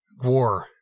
Gwar